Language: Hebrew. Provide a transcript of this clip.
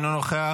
אינו נוכח,